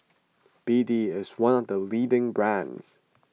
B D is one of the leading brands